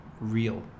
real